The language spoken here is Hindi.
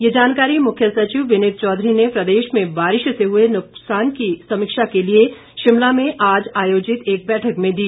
ये जानकारी मुख्य सचिव विनित चौधरी ने प्रदेश में बारिश से हुए नुकसान की समीक्षा के लिए शिमला में आज आयोजित एक बैठक में दी